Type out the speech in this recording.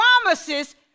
promises